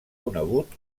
conegut